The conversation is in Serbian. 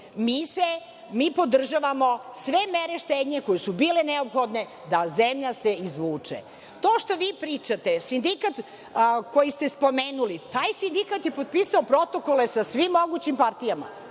mi podržavamo sve mere štednje koje su bile neophodne da se zemlja izvuče. To što vi pričate, sindikat koji ste spomenuli, taj sindikat je potpisao protokole sa svim mogućim partijama,